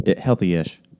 healthy-ish